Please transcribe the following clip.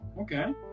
Okay